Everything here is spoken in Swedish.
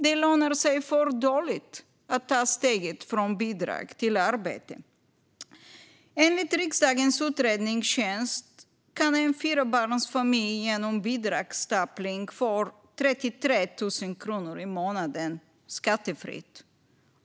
Det lönar sig för dåligt att ta steget från bidrag till arbete. Enligt riksdagens utredningstjänst kan en fyrabarnsfamilj genom bidragsstapling får 33 000 kronor i månaden skattefritt.